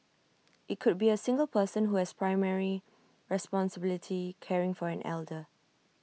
IT could be A single person who has primary responsibility caring for an elder